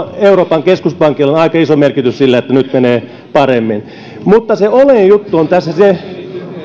euroopan keskuspankilla on aika iso merkitys siinä että nyt menee paremmin mutta se oleellinen juttu tässä on se